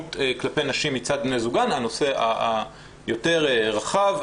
אלימות כלפי נשים מצד בני זוגן, הנושא היותר רחב.